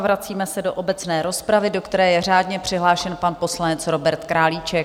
Vracíme se do obecné rozpravy, do které je řádně přihlášen pan poslanec Robert Králíček.